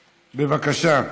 בבקשה.